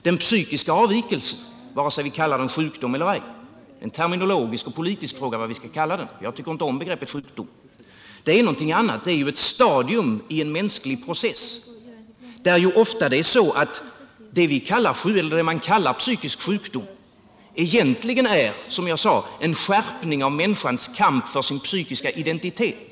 Den psykiska avvikelsen, vare sig vi kallar den sjukdom eller ej — det är en terminologisk och politisk fråga vad vi skall kalla den; jag tycker inte om begreppet sjukdom — är någonting annat. Det är ju ett stadium i en mänsklig process, där det ofta är så att det man kallar psykisk sjukdom egentligen är, som jag sade, en skärpning av människans kamp för sin psykiska identitet.